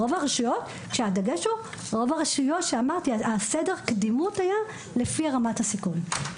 סדר הקדימות היה לפי רמת הסיכון.